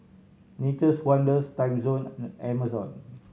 Nature's Wonders Timezone Amazon